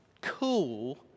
cool